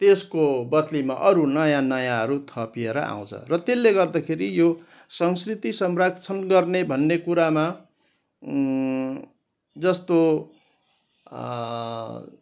त्यसको बद्लीमा अरू नयाँ नयाँहरू थपिएर आउँछ र त्यसले गर्दाखेरि यो संस्कृति संरक्षण गर्ने भन्ने कुरामा जस्तो